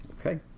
Okay